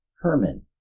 Herman